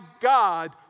God